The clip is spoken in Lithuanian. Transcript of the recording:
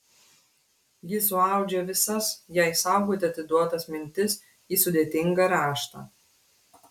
ji suaudžia visas jai saugoti atiduotas mintis į sudėtingą raštą